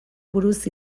buruz